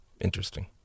Interesting